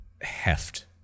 heft